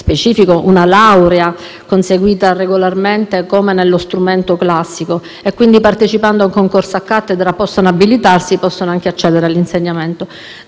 specifico, una laurea conseguita regolarmente come nello strumento classico e quindi, partecipando ad un concorso a cattedra, possono abilitarsi e accedere anche all'insegnamento.